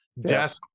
death